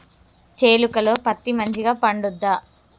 చేలుక లో పత్తి మంచిగా పండుద్దా?